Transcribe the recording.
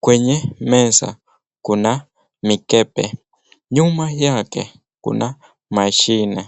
kwenye meza kuna mikebe nyuma yake kuna mashini.